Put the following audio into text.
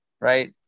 right